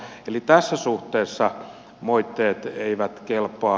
eli tässä suhteessa moitteet eivät kelpaa